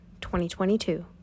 2022